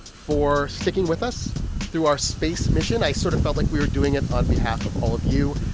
for sticking with us through our space mission. i sort of felt like we were doing it on behalf of all of you.